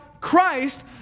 Christ